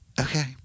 Okay